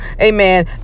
amen